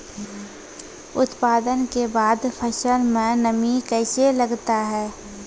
उत्पादन के बाद फसल मे नमी कैसे लगता हैं?